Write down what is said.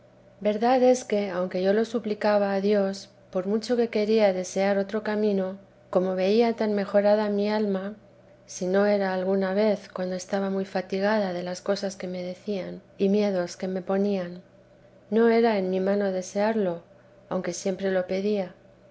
verdad es que aunque yo lo suplicaba a dios por mucho que quería desear otro camino como veía tan mejorada mi alma si no era alguna vez cuando estaba muy fatigada de ias cosas que me decían y miedos que me ponían no era en mi mano desearlo aunque siempre lo pedía